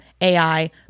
AI